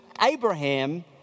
Abraham